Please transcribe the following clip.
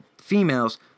females